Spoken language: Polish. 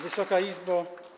Wysoka Izbo!